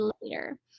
later